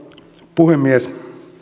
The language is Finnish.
puhemies